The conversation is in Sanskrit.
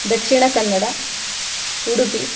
दक्षिणकन्नडः उडुपि